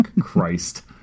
Christ